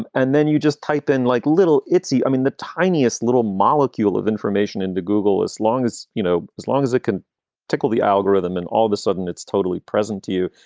and then you just type in like little itsy. i mean, the tiniest little molecule of information into google, as long as you know, as long as it can tickle the algorithm and all of a sudden it's totally present to you.